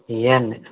ఇవే అండి